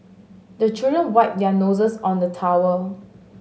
the children wipe their noses on the towel